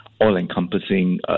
All-encompassing